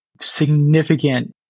significant